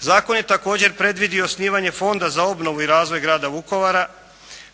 Zakon je također predvidio osnivanje Fonda za obnovu i razvoj grada Vukovara